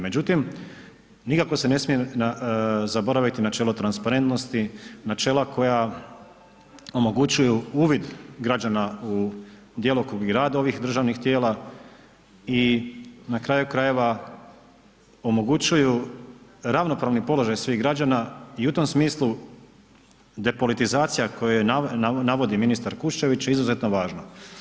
Međutim, nikako se ne smije zaboraviti načelo transparentnosti, načela koja omogućuju uvid građana u djelokrug i rad ovih državnih tijela i na kraju krajeva omogućuju ravnopravni položaj svih građana i u tom smislu depolitizacija koju navodi ministar Kuščević je izuzetno važna.